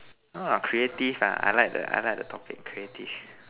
ha creative ah I like the I like the topic creative